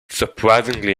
surprisingly